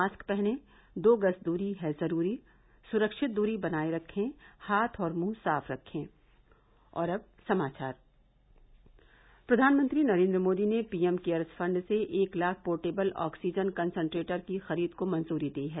mask पहनें दो गज दूरी है जरूरी सुरक्षित दूरी बनाये रखें हाथ और मुंह साफ रखें प्रधानमंत्री नरेंद्र मोदी ने पीएम केयर्स फंड से एक लाख पोर्टेबल ऑक्सीजन कंसेंट्रेटर की खरीद को मंजूरी दी है